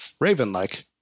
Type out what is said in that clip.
Raven-like